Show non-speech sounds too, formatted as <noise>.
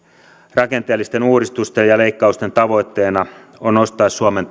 rakenteellisten uudistusten ja leikkausten tavoitteena on nostaa suomen <unintelligible>